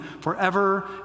forever